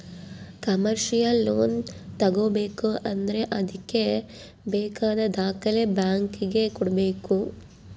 commercial loan ತಗೋಬೇಕು ಅಂದ್ರೆ ಅದ್ಕೆ ಬೇಕಾದ ದಾಖಲೆ ಬ್ಯಾಂಕ್ ಗೆ ಕೊಡ್ಬೇಕು